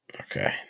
Okay